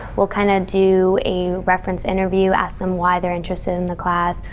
we'll kind of do a reference interview, ask them why they're interested in the class,